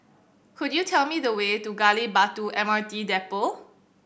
could you tell me the way to Gali Batu M R T Depot